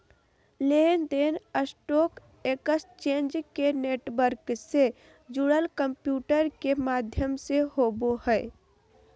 लेन देन stock exchange के network से जुड़ल कंम्प्यूटर के माध्यम से होबो हइ